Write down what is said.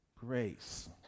Grace